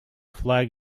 flag